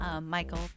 Michael